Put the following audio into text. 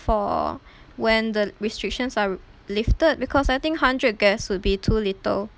for when the restrictions are lifted because I think hundred guests would be too little